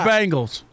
Bengals